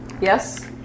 Yes